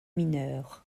mineures